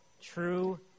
true